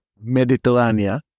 Mediterranean